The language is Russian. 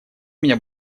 меня